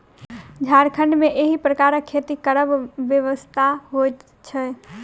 झारखण्ड मे एहि प्रकारक खेती करब विवशता होइत छै